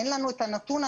אין לנו את הנתון.